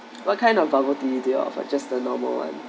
what kind of bubble tea do you all offer or just a normal one